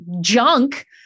junk